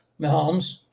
Mahomes